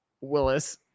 Willis